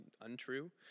untrue